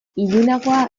ilunagoa